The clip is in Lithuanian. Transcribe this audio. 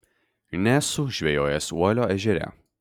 nesu žvejojęs uolio ežere